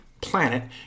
planet